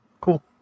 Cool